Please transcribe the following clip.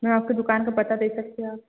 ma'am आपके दुकान का पता दे सकते हो आप